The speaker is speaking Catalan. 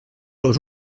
los